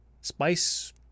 Spice